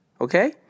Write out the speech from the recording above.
okay